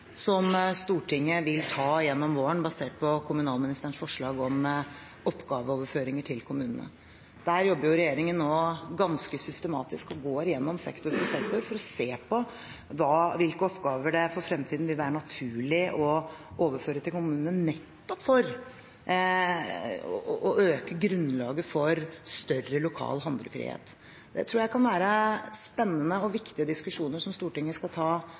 som Stortinget vil ta gjennom våren, basert på kommunalministerens forslag om oppgaveoverføringer til kommunene. Der jobber regjeringen nå ganske systematisk og går gjennom sektor for sektor for å se på hvilke oppgaver det for fremtiden vil være naturlig å overføre til kommunene nettopp for å øke grunnlaget for større lokal handlefrihet. Det tror jeg kan være spennende og viktige diskusjoner som Stortinget skal ta